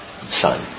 Son